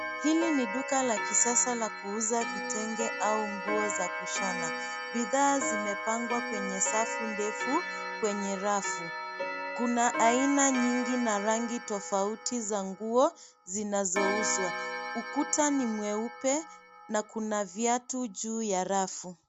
Hili ni duka la kisasa la kuuza vitenge au nguo za kushona. Bidhaa zimepangwa kwenye safu ndefu kwenye rafu. Kuna aina nyingi na rangi tofauti za nguo zinazouzwa. Ukuta ni mweupe na kuna viatu juu ya rafu.